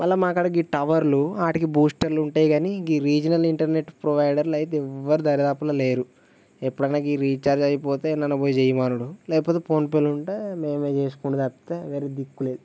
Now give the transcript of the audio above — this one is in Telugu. మళ్ళీ మా కాడ ఈ టవర్లు వాటికి బూస్టర్లు ఉంటయి కానీ ఈ రీజినల్ ఇంటర్నెట్ ప్రొవైడర్లు అయితే ఎవ్వరూ దరిదాపుల్లో లేరు ఎప్పుడన్నాఈ రీఛార్జ్ అయిపోతే ఏడనన్నా పోయి చేయమనుడు లేకపోతే ఫోన్పేలు ఉంటే మేమే చేసుకొనుడు తప్పితే వేరే దిక్కులేదు